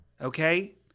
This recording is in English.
Okay